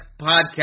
podcast